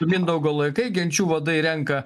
mindaugo laikai genčių vadai renka